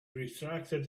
retracted